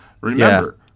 Remember